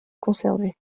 conservés